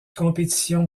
compétition